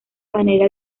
manera